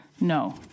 No